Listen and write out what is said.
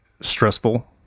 stressful